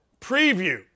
preview